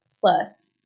Plus